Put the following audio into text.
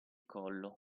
collo